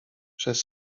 przez